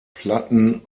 platten